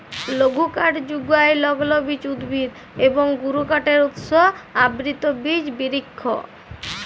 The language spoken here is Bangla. লঘুকাঠ যুগায় লগ্লবীজ উদ্ভিদ এবং গুরুকাঠের উৎস আবৃত বিচ বিরিক্ষ